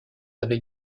avec